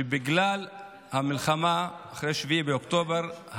בגלל המלחמה, אחרי 7 באוקטובר,